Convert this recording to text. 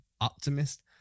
optimist